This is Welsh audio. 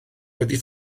wedi